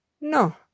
No